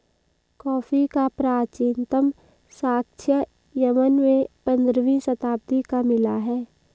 coffee का प्राचीनतम साक्ष्य यमन में पंद्रहवी शताब्दी का मिला है